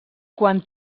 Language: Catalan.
quan